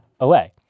away